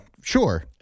sure